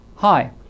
Hi